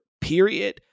period